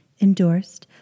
endorsed